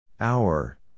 Hour